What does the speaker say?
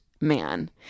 man